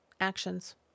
actions